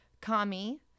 kami